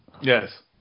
Yes